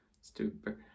stupid